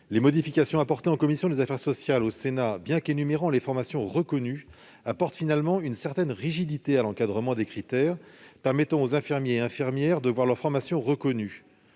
Les modifications adoptées par la commission des affaires sociales du Sénat, bien qu'énumérant les formations reconnues, apportent finalement une certaine rigidité à l'encadrement des critères permettant aux infirmiers et infirmières de voir leur formation reconnue.